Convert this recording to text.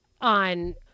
on